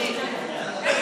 שלי,